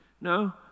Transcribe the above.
No